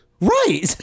right